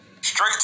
straight